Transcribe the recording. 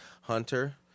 Hunter